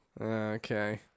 Okay